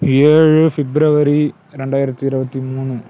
ஏழு ஃபிப்ரவரி ரெண்டாயிரத்தி இருபத்தி மூணு